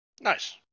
Nice